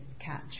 catch